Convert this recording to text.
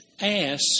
ask